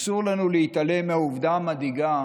אסור לנו להתעלם מהעובדה המדאיגה